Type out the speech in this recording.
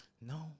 No